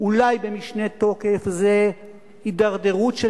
אדוני היושב-ראש,